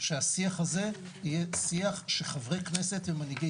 שהשיח הזה יהיה שיח שחברי כנסת ומנהיגי